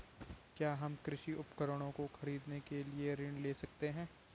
क्या हम कृषि उपकरणों को खरीदने के लिए ऋण ले सकते हैं?